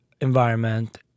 environment